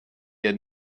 had